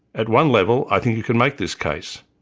at one level i think you can make this case,